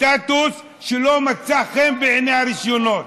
סטטוס שלא מצא חן בעיני הרשויות,